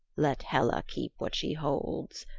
let hela keep what she holds.